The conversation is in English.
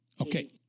Okay